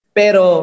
pero